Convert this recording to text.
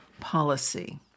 policy